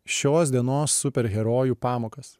šios dienos superherojų pamokas